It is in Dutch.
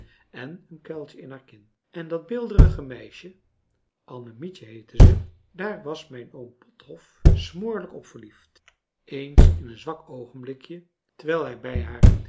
en een kuiltje in haar kin en dat beelderige meisje annemietje heette ze daar was mijn oom pothof smoorlijk op verliefd eens in een zwak oogenblikje terwijl hij bij haar